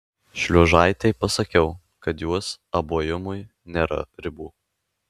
šliuožaitei pasakiau kad jos abuojumui nėra ribų